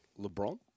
LeBron